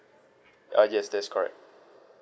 uh yes that's correct